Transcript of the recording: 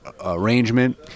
arrangement